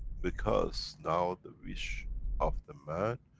because, now the wish of the man,